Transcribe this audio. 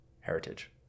heritage